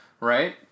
Right